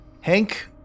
Hank